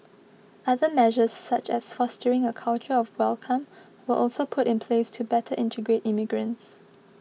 other measures such as fostering a culture of welcome were also put in place to better integrate immigrants